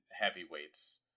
Heavyweights